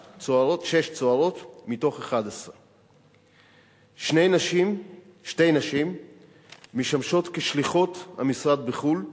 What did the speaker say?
צוערות מתוך 11. שתי נשים משמשות כשליחות המשרד בחו"ל,